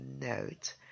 note